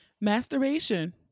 masturbation